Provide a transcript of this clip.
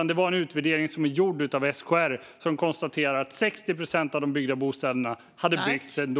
Det är en utvärdering som är gjord av SKR, som konstaterar att 60 procent av de byggda bostäderna hade byggts ändå.